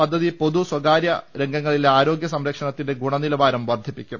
പദ്ധതി പൊതു സ്വകാരൃ രംഗങ്ങളിലെ ആ രോഗൃസംരക്ഷണത്തിന്റെ ഗൂണനിലവാരം വർധിപ്പിക്കും